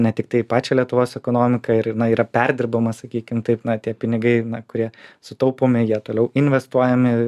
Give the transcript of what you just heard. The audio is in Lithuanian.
ne tiktai pačią lietuvos ekonomiką ir jinai yra perdirbama sakykim taip na tie pinigai kurie sutaupomi jie toliau investuojami